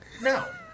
no